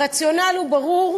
הרציונל ברור: